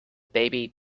baby